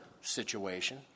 situation